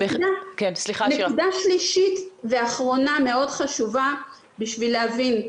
נקודה שלישית ואחרונה, מאוד חשובה בשביל להבין.